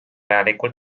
vajalikul